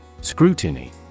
Scrutiny